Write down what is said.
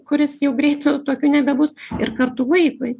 kuris jau greitu tokiu nebebus ir kartu vaikui